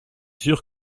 sûre